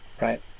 right